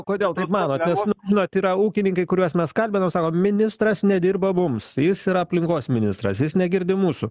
o kodėl taip manot nes nu žinot yra ūkininkai kuriuos mes skambinom sako ministras nedirba mums jis yra aplinkos ministras jis negirdi mūsų